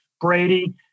Brady